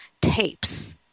tapes